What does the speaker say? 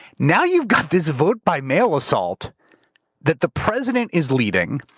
now you've got this vote by mail assault that the president is leading,